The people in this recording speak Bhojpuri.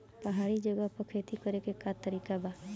पहाड़ी जगह पर खेती करे के का तरीका बा?